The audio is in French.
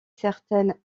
certaines